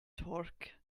torque